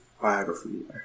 biography